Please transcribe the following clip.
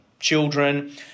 Children